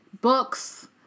books